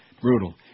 brutal